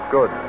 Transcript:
Good